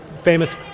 famous